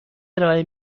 ارائه